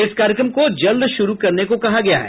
इस कार्यक्रम को जल्द शुरू करने को कहा गया है